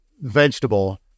vegetable